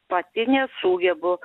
pati nesugebu